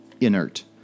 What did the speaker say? inert